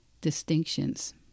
distinctions